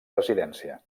residència